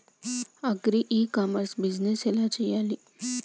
Agri e commerce business ఎలా చెయ్యాలి?